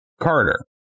Carter